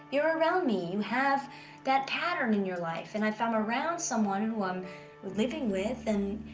you're around me. you have that pattern in your life. and if i'm around someone who i'm living with, and,